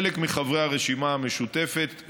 חלק מחברי הרשימה המשותפת,